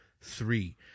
three